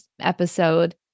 episode